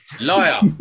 Liar